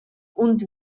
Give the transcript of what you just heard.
und